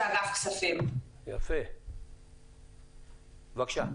יפה, בבקשה.